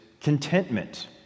contentment